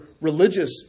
religious